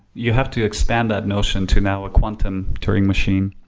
you have to expand that notion to now a quantum touring machine.